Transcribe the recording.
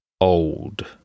old